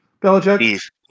Belichick